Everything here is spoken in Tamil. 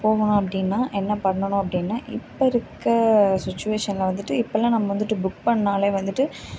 போகணும் அப்படின்னா என்ன பண்ணணும் அப்படின்னா இப்போருக்க சிச்சுவேஷன்ல வந்துட்டு இப்போதெல்லாம் நம்ம வந்துட்டு புக் பண்ணிணாலே வந்துட்டு